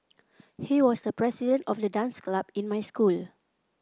he was the president of the dance club in my school